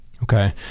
Okay